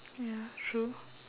ya true